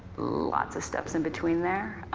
lot's of steps in between there.